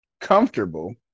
comfortable